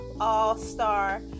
All-Star